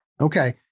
Okay